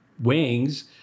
wings